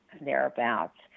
thereabouts